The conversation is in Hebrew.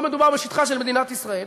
לא מדובר בשטחה של מדינת ישראל